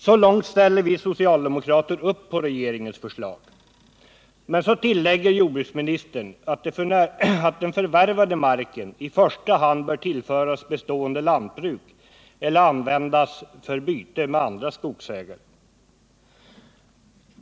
Så långt ställer vi socialdemokrater upp bakom regeringens förslag. Men så tillägger jordbruksministern att den förvärvade marken i första hand bör tillföras bestående lantbruk, eller användas för byte med andra skogsägare.